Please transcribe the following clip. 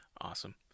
Awesome